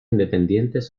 independientes